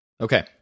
Okay